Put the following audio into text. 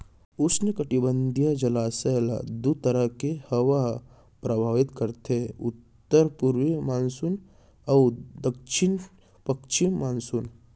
उस्नकटिबंधीय जलवायु ल दू तरह के हवा ह परभावित करथे उत्तर पूरवी मानसून अउ दक्छिन पस्चिम मानसून